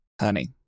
Honey